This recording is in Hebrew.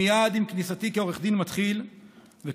מייד עם כניסתי כעורך דין מתחיל וכיועץ